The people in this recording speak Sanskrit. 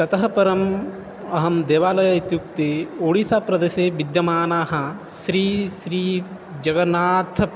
ततः परम् अहं देवालयः इत्युक्ते ओडिसाप्रदेशे विद्यमानः श्रीश्रीजगन्नाथः